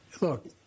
Look